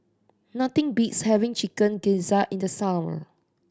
nothing beats having Chicken Gizzard in the summer